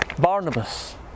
Barnabas